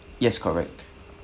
yes correct